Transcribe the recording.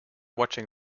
watching